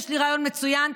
יש לי רעיון מצוין,